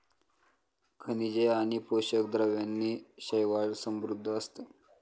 खनिजे आणि पोषक द्रव्यांनी शैवाल समृद्ध असतं